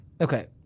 Okay